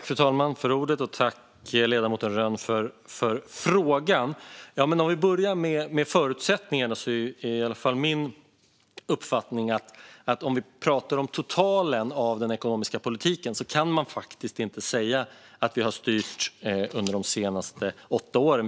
Fru talman! Tack, ledamoten Rönn, för frågan! Om vi börjar med förutsättningarna är i varje fall min uppfattning att om vi talar om totalen av den ekonomiska politiken kan man inte säga att vi har styrt under de senaste åtta åren.